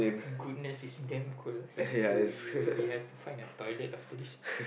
goodness is damn cold here so so we have to find a toilet after this